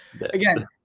again